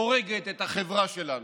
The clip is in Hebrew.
הורגת את החברה שלנו.